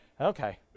okay